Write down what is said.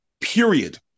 period